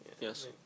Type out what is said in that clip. Yes